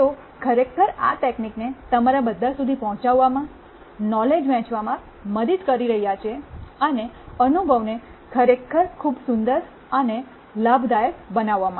તેઓ ખરેખર આ તકનીકને તમારા બધા સુધી પહોંચવામાં નોલેજ વહેંચવામાં મદદ કરી રહ્યા છે અને અનુભવને ખરેખર સુંદર અને લાભદાયક બનાવવા માટે